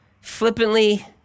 flippantly